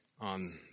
on